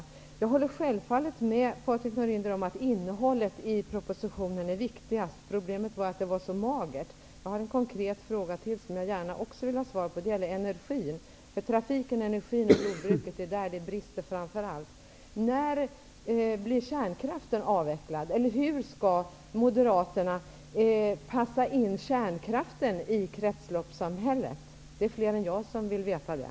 Självfallet håller jag med Patrik Norinder om att innehållet i propositionen är det viktigaste. Problemet är att det var så magert. Jag har ännu en konkret fråga som jag gärna vill ha svar på. Det gäller energin. Det är framför allt i trafiken, energin och jordbruket det brister. När skall kärnkraften avvecklas? Hur skall Moderaterna passa in kärnkraften i kretsloppssamhället? Det är fler än jag som vill veta det.